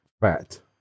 fat